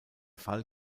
fall